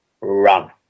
run